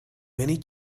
many